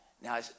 Now